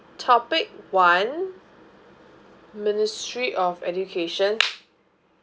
topic one ministry of education